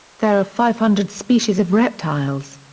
there are five hundred species of reptiles.